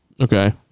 Okay